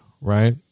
right